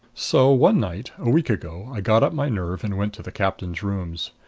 so one night, a week ago, i got up my nerve and went to the captain's rooms.